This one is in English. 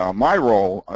um my role,